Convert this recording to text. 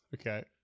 okay